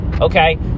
okay